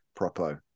Propo